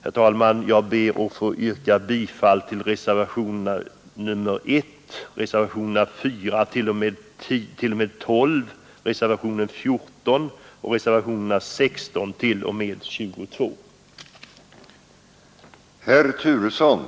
Herr talman, jag ber att få yrka bifall till reservationerna 1, 4, 5, 6, 7, 8,9, 10, 11, 12, 14; 16, 17,18, 19, 20 och 22.